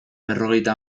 berrogeita